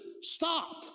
stop